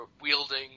wielding